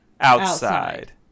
outside